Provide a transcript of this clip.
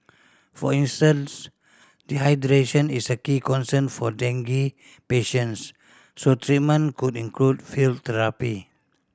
for instance dehydration is a key concern for dengue patients so treatment could include fluid therapy